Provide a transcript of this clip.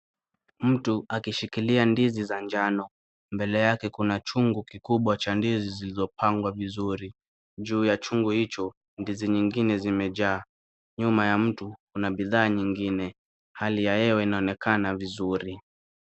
Mtu akishikilia ndizi za njano. Mbele yake kuna chungu kikubwa cha ndizi zilizopangwa vizuri. Juu ya chungu hicho, ndizi nyingine zimejaa. Nyuma ya mtu kuna bidhaa nyingine. Hali ya hewa inaonekana vizuri.